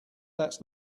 that’s